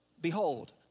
behold